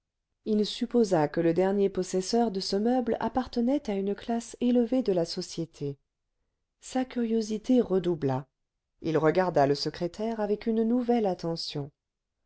il supposa que le dernier possesseur de ce meuble appartenait à une classe élevée de la société sa curiosité redoubla il regarda le secrétaire avec une nouvelle attention